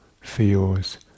feels